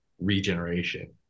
regeneration